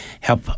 Help